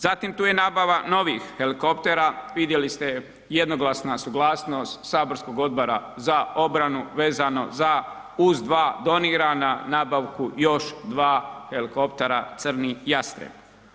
Zatim tu je nabava novih helikoptera, vidjeli ste jednoglasna suglasnost saborskog Odbora za obranu vezano za, uz 2 donirana, nabavku još 2 helikoptera Crni jastreb.